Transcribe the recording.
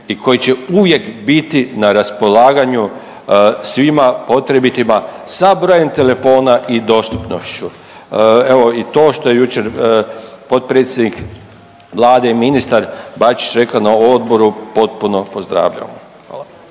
i koji će uvijek biti na raspolaganju svima potrebitima sa brojem telefona i dostupnošću. Evo i to što je jučer potpredsjednik Vlade i ministar Bačić rekao na odboru potpuno pozdravljam. Hvala.